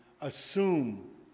assume